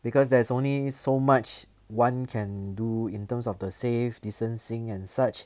because there's only so much one can do in terms of the safe distancing and such